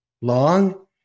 long